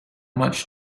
much